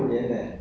so